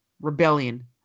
Rebellion